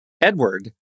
Edward